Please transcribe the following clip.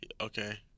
Okay